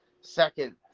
second